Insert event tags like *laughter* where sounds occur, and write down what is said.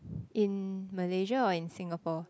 *breath* in Malaysia or in Singapore